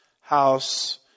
house